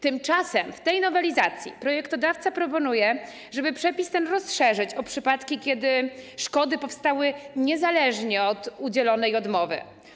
Tymczasem w tej nowelizacji projektodawca proponuje, żeby przepis ten rozszerzyć o przypadki, kiedy szkody powstały niezależnie od udzielonej odmowy.